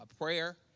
prayer